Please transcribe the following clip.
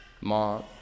mom